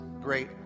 great